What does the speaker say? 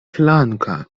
flanka